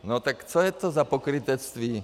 No tak co je to za pokrytectví?